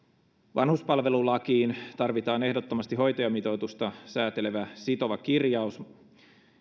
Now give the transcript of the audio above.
vanhuspalvelulakiin tarvitaan ehdottomasti hoitajamitoitusta säätelevä sitova kirjaus